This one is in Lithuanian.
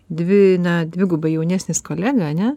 dvi na dvigubai jaunesnis kolega ane